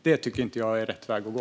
Det tycker inte jag är rätt väg att gå.